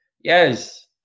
Yes